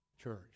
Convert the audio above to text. church